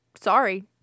sorry